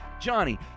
johnny